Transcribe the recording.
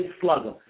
slugger